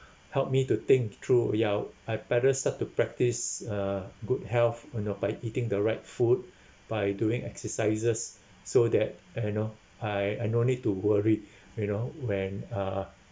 help me to think through ya I better start to practise uh good health on uh by eating the right food by doing exercises so that I know I I no need to worry you know when uh